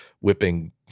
whipping